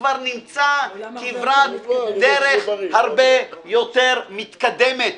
-- העולם כבר נמצא כברת דרך הרבה יותר מתקדמת.